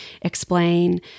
explain